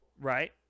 Right